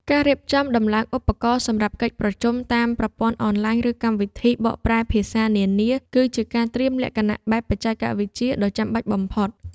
ការរៀបចំដំឡើងឧបករណ៍សម្រាប់កិច្ចប្រជុំតាមប្រព័ន្ធអនឡាញ ឬ កម្មវិធីបកប្រែភាសានានា គឺជាការត្រៀមលក្ខណៈបែបបច្ចេកវិទ្យាដ៏ចាំបាច់បំផុត។